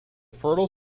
fertile